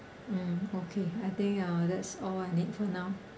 mm okay I think uh that's all I need for now